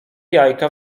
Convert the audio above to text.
jajka